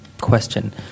question